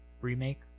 remake